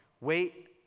Wait